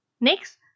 Next